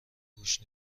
گوش